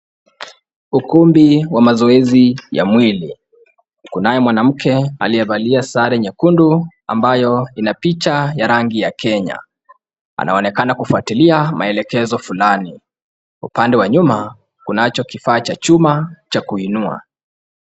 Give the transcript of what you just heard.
Ukumbi wa mazoezi ya mwili. Kunaye mwanamke aliyevalia sare nyekundu ambayo ina picha ya rangi ya Kenya. Anaonekana kufuatilia maelekezo fulani. Upande wa nyuma, kunacho kifaa cha chuma cha kuinua.